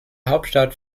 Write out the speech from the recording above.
hauptstadt